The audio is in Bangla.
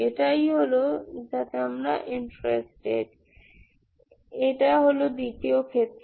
এই হল আসলে দ্বিতীয় ক্ষেত্র